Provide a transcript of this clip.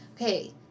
Okay